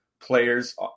players